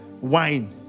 Wine